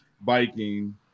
biking